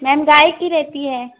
ma'am गाय की रहती है